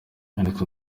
alex